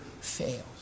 fails